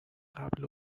قبل